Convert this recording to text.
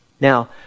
Now